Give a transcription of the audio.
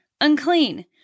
unclean